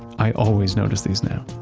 i always notice these now.